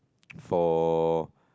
for